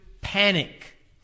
panic